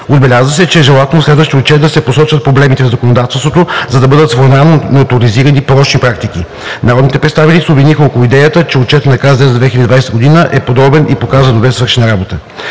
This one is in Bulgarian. Отбеляза се, че е желателно в следващия Отчет да се посочват проблемите в законодателството, за да бъдат своевременно неутрализирани порочни практики. Народните представители се обединиха около идеята, че Отчетът на КЗД за 2020 г. е подробен и показва добре свършена работа.